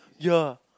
ya